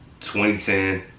2010